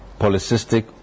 polycystic